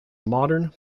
modern